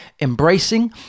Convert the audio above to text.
embracing